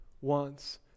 wants